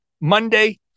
Monday